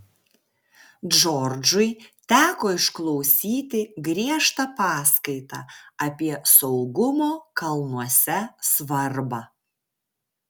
džordžui teko išklausyti griežtą paskaitą apie saugumo kalnuose svarbą